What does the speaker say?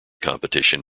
competition